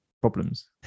problems